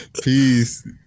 Peace